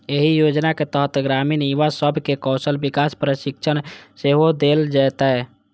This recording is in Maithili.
एहि योजनाक तहत ग्रामीण युवा सब कें कौशल विकास प्रशिक्षण सेहो देल जेतै